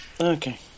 Okay